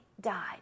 died